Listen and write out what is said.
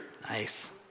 Nice